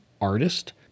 artist